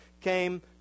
came